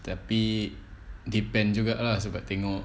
tapi depend juga lah sebab tengok